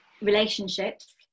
relationships